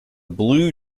blue